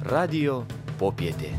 radijo popietė